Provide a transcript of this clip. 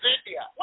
India